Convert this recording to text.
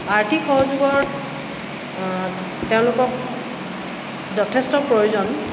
আৰ্থিক সহযোগত তেওঁলোকক যথেষ্ট প্ৰয়োজন